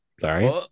Sorry